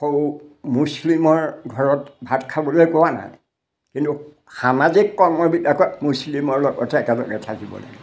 মুছলিমৰ ঘৰত ভাত খাবলৈ কোৱা নাই কিন্তু সামাজিক কৰ্মবিলাকত মুছলিমৰ লগতে একেলগে থাকিব লাগিব